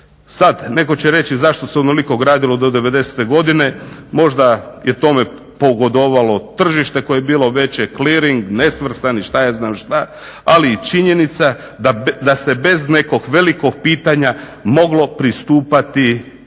Sad netko će reći zašto se onoliko gradilo do 90-te godine. Možda je tome pogodovalo tržište koje je bilo veće, kliring, nesvrstani, šta ja znam šta, ali i činjenica da se bez nekog velikog pitanja moglo pristupati i